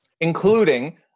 including